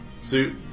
suit